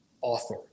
author